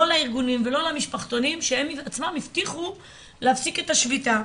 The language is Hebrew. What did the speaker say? לא לארגונים ולא למשפחתונים שהם בעצמם הבטיחו להפסיק את השביתה.